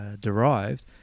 derived